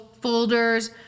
folders